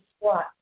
squat